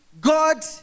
god